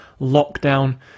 lockdown